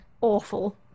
Awful